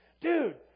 dude